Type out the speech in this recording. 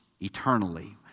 eternally